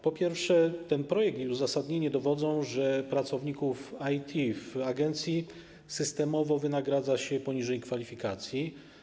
Po pierwsze, ten projekt i uzasadnienie dowodzą, że pracowników IT w agencji systemowo wynagradza się poniżej kwalifikacji.